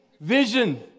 vision